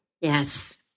Yes